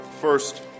first